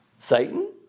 Satan